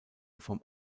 vom